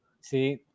See